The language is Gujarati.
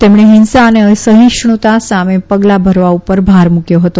તેમણે હિંસા અને અસહિષ્યુતા સામે પગલા ભરવા ઉપર ભાર મુકથો હતો